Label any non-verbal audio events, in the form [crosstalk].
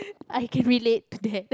I can [laughs] relate to that